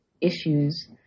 issues